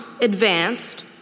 advanced